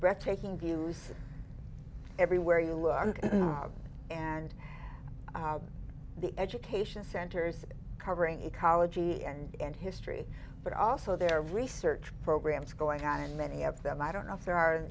breathtaking views everywhere you look and the education centers covering ecology and history but also their research programs going on and many of them i don't know if there are